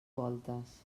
voltes